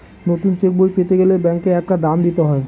নতুন চেকবই পেতে গেলে ব্যাঙ্কে একটা দাম দিতে হয়